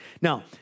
Now